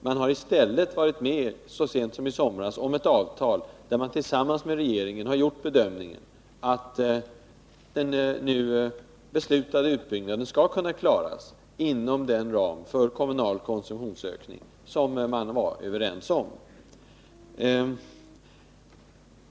Man har i stället så sent som i somras träffat ett avtal där man tillsammans med regeringen gjort bedömningen att den beslutade utbyggnaden skall kunna klaras inom den ram för kommunal konsumtionsökning som vi var överens om.